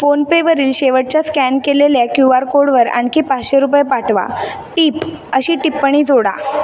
फोनपेवरील शेवटच्या स्कॅन केलेल्या Q R कोडवर आणखी पाचशे रुपये पाठवा टिप अशी टिप्पणी जोडा